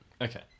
okay